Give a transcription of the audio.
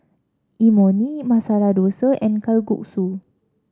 Imoni Masala Dosa and Kalguksu